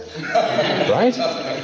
right